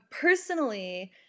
Personally